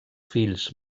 fills